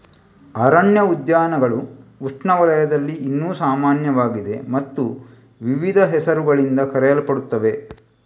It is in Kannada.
ಅರಣ್ಯ ಉದ್ಯಾನಗಳು ಉಷ್ಣವಲಯದಲ್ಲಿ ಇನ್ನೂ ಸಾಮಾನ್ಯವಾಗಿದೆ ಮತ್ತು ವಿವಿಧ ಹೆಸರುಗಳಿಂದ ಕರೆಯಲ್ಪಡುತ್ತವೆ